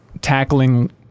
tackling